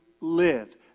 live